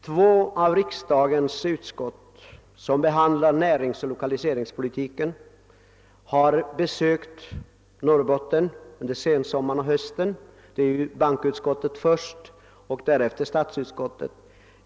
Två riksdagsutskott, som behandlar frågor i samband med näringsoch lokaliseringspolitiken, har besökt Norrbotten under sensommaren och hösten. Bankoutskottet kom först och därefter statsutskottet.